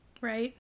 right